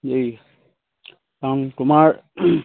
কাৰণ তোমাৰ